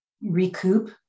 recoup